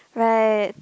right